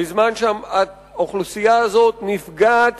בזמן שהאוכלוסייה הזאת נפגעת